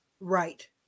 Right